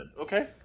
Okay